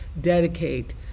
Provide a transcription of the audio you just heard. dedicate